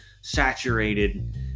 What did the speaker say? saturated